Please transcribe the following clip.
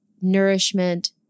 nourishment